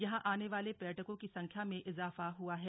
यहां आने वाले पर्यटकों की संख्या में इजाफा हुआ है